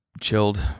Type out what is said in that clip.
chilled